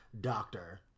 doctor